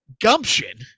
gumption